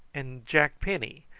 and jack penny,